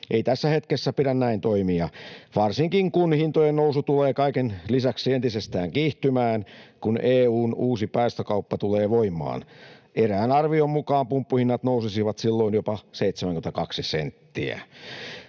Ei tässä hetkessä pidä näin toimia — varsinkaan, kun hintojen nousu tulee kaiken lisäksi entisestään kiihtymään, kun EU:n uusi päästökauppa tulee voimaan. Erään arvion mukaan pumppuhinnat nousisivat silloin jopa 72 senttiä.